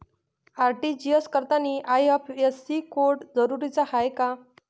RTGS करतांनी IFSC code जरुरीचा हाय का?